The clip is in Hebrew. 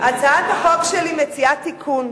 הצעת החוק שלי מציעה תיקון,